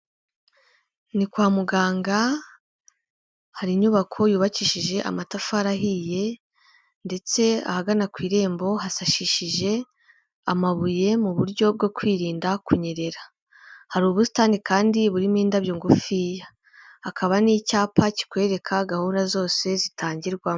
Ni kwa muganga, hari inyubako yubakishije amatafari ahiye ndetse ahagana ku irembo hasashishije amabuye mu buryo bwo kwirinda kunyerera, hari ubusitani kandi burimo indabyo ngufiya, hakaba hari n'icyapa kikwereka gahunda zose zitangirwamo.